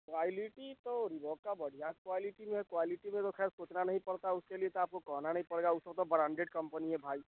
quality तो Reebok का बढ़िया क्वालिटी में है क्वालिटी में तो खैर सोचना नहीं पड़ता उसके लिए तो आपको कहना नहीं पड़ेगा उसमें तो ब्रांडेड कम्पनी है भाई